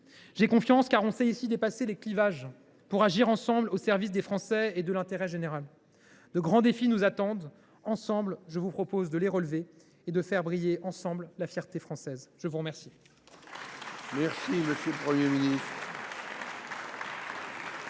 J’ai confiance, car on sait ici dépasser les clivages pour agir ensemble, au service des Français et de l’intérêt général. De grands défis nous attendent. Je vous propose de les relever ensemble et de faire briller ensemble la fierté française ! Acte